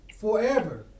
forever